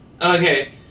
okay